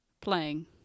playing